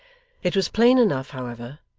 it was plain enough, however,